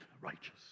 righteous